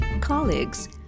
colleagues